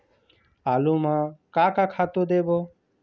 आलू म का का खातू देबो?